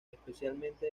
especialmente